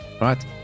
right